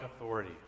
authority